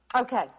Okay